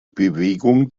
bewegung